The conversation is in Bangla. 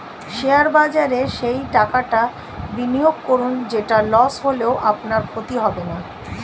শেয়ার বাজারে সেই টাকাটা বিনিয়োগ করুন যেটা লস হলেও আপনার ক্ষতি হবে না